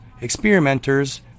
experimenters